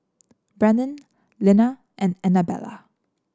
Brennon Lina and Anabella